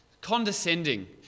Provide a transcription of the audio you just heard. condescending